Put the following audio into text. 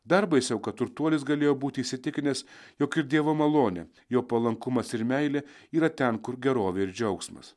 dar baisiau kad turtuolis galėjo būti įsitikinęs jog ir dievo malonė jo palankumas ir meilė yra ten kur gerovė ir džiaugsmas